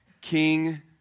King